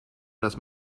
dass